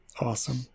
Awesome